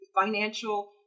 financial